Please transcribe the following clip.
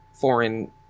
Foreign